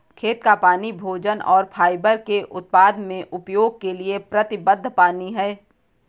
खेत का पानी भोजन और फाइबर के उत्पादन में उपयोग के लिए प्रतिबद्ध पानी है